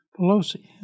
Pelosi